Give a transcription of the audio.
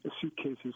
suitcases